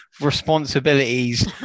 responsibilities